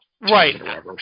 Right